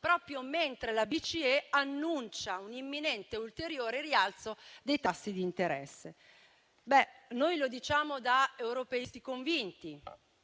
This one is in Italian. proprio mentre la BCE annuncia un imminente ulteriore rialzo dei tasti di interesse. Noi lo diciamo da europeisti convinti